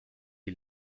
die